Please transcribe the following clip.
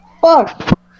Fuck